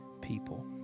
people